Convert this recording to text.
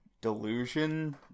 delusion